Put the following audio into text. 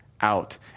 out